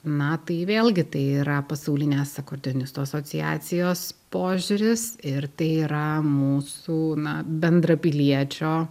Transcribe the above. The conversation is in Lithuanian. na tai vėlgi tai yra pasaulinės akordeonistų asociacijos požiūris ir tai yra mūsų na bendrapiliečio